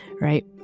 right